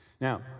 Now